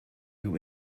you